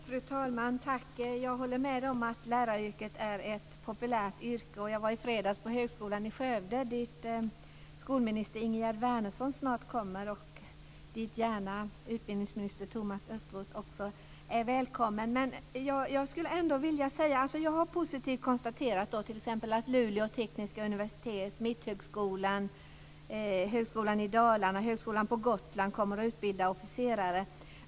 Fru talman! Tack! Jag håller med om att läraryrket är ett populärt yrke. Jag var i fredags på Högskolan i Skövde, dit skolminister Ingegerd Wärnersson snart kommer. Utbildningsminister Thomas Östros är också välkommen dit! Jag har gjort det positiva konstaterandet att t.ex. Dalarna och Högskolan på Gotland kommer att utbilda officerare.